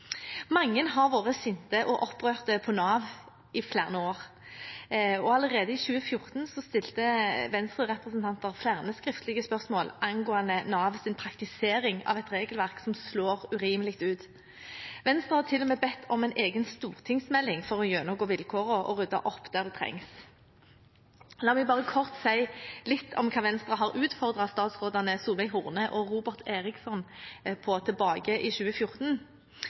Mange har vært sint på og opprørt over Nav i flere år. Allerede i 2014 stilte Venstre-representanter flere skriftlige spørsmål angående Navs praktisering av et regelverk som slår urimelig ut. Venstre har til og med bedt om en egen stortingsmelding for å gjennomgå vilkårene og rydde opp der det trengs. La meg bare kort si litt om hva Venstre har utfordret statsrådene Solveig Horne og Robert Eriksson på, tilbake i 2014.